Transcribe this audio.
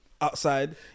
outside